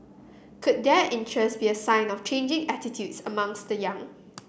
could their interest be a sign of changing attitudes amongst the young